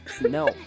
No